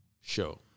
show